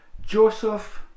Joseph